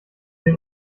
den